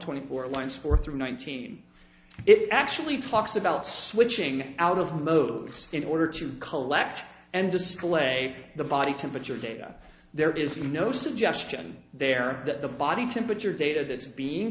twenty four lines four through nineteen it actually talks about switching out of modes in order to collect and display the body temperature data there is no suggestion there that the body temperature data that's being